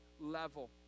level